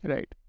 Right